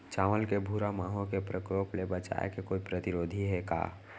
चांवल के भूरा माहो के प्रकोप से बचाये के कोई प्रतिरोधी हे का?